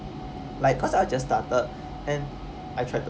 like cause I was just started and I tried to